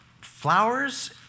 flowers